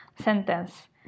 sentence